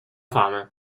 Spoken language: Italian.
fame